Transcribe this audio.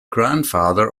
grandfather